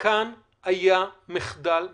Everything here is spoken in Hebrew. כאן היה מחדל משמעותי,